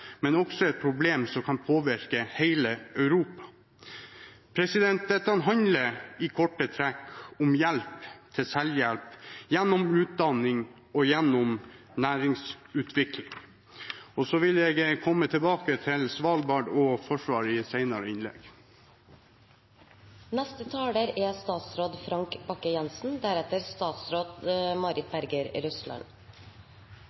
men også et problem som kan påvirke hele Europa. Dette handler i korte trekk om hjelp til selvhjelp gjennom utdanning og næringsutvikling. Jeg vil komme tilbake til Svalbard og Forsvaret i et senere innlegg. Regjeringens klare mål er